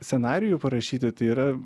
senarijų parašyti tai yra